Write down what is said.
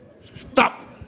Stop